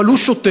אבל הוא שותק.